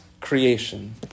creation